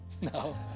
No